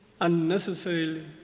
unnecessarily